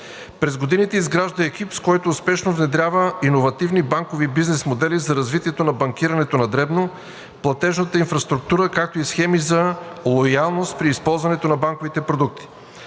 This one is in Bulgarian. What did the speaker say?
През годините изгражда екип, с който успешно внедрява иновативни банкови бизнес модели за развитието на банкирането на дребно, платежната инфраструктура, както и схеми за лоялност при използването на банковите продукти.